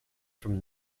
from